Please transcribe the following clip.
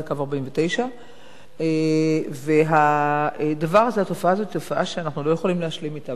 זה קו 49. והתופעה הזאת היא תופעה שאנחנו לא יכולים להשלים אתה.